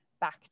back